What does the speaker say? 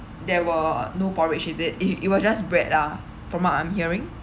there were no porridge is it it it was just bread ah from what I'm hearing